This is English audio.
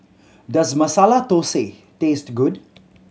does Masala Thosai taste good